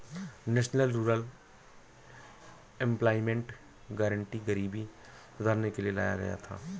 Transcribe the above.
national rural employment guarantee गरीबी सुधारने के लिए लाया गया था